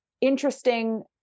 interesting